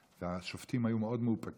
השופטים היו מאוד מאופקים והיום זה התהפך.